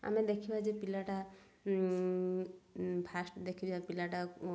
ଆମେ ଦେଖିବା ଯେ ପିଲାଟା ଫାଷ୍ଟ ଦେଖିବା ପିଲାଟା